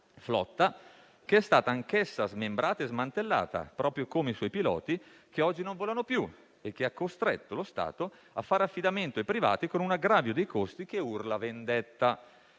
forestale, che è stata smembrata e smantellata, proprio come i suoi piloti, che oggi non volano più, e che ha costretto lo Stato a fare affidamento ai privati, con un aggravio dei costi che urla vendetta: